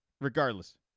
regardless